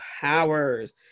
powers